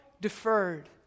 deferred